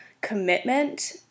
commitment